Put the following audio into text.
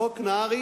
לחוק נהרי